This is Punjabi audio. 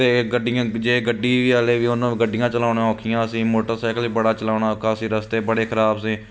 ਅਤੇ ਗੱਡੀਆਂ ਜੇ ਗੱਡੀ ਵਾਲੇ ਵੀ ਉਹਨਾਂ ਗੱਡੀਆਂ ਚਲਾਉਣਾ ਔਖੀਆਂ ਸੀ ਮੋਟਰਸਾਈਕਲ ਵੀ ਬੜਾ ਚਲਾਉਣਾ ਕਾਫੀ ਰਸਤੇ ਬੜੇ ਖਰਾਬ ਸੀ